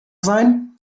sein